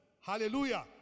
Hallelujah